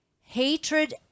hatred